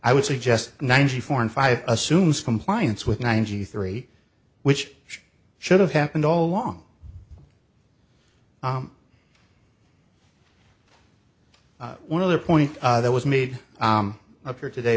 i would suggest ninety four and five assumes compliance with ninety three which should've happened all along one of the point that was made up here today